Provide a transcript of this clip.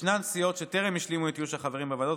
ישנן סיעות שטרם השלימו את איוש החברים בוועדות,